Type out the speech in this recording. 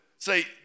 say